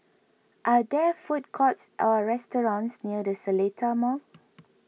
are there food courts or restaurants near the Seletar Mall